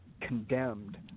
condemned